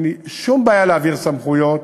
אין לי שום בעיה להעביר סמכויות